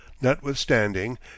Notwithstanding